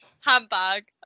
handbag